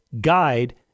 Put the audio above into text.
guide